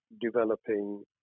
developing